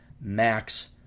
max